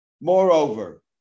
Moreover